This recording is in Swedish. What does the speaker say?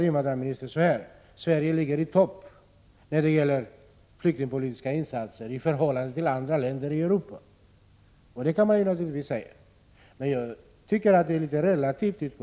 Invandrarministern säger att Sverige ligger i topp vid en jämförelse med andra länder i Europa när det gäller flyktingpolitiska insatser. Det kan man naturligtvis säga. Men jag tycker att detta är att se saken litet för relativt.